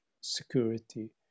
security